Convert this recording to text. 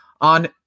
on